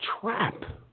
trap